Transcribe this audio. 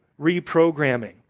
reprogramming